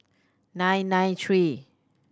nine nine three